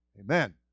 Amen